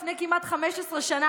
לפני כמעט 15 שנה,